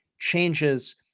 changes